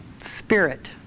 spirit